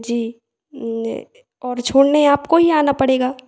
जी नहीं नहीं और छोड़ने आपको ही आना पड़ेगा